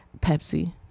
Pepsi